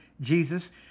Jesus